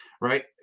right